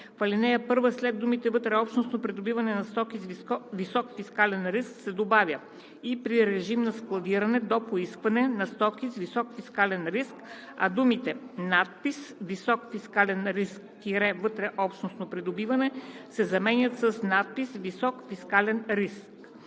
В ал. 1 след думите „вътреобщностно придобиване на стоки с висок фискален риск“ се добавя „и при режим на складиране до поискване на стоки с висок фискален риск“, а думите „надпис „висок фискален риск – вътреобщностно придобиване“ се заменят с „надпис „висок фискален риск“.“